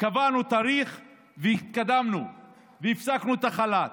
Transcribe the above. קבענו תאריך והתקדמנו והפסקנו את החל"ת.